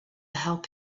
help